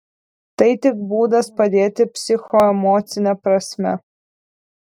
tai tik būdas padėti psichoemocine prasme